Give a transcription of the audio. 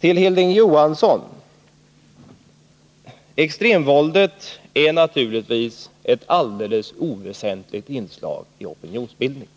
Till Hilding Johansson: Extremvåldet är naturligtvis ett alldeles oväsentligt inslag i opinionsbildningen.